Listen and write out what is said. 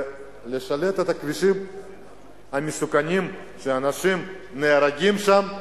לשלט את הכבישים המסוכנים שאנשים נהרגים שם,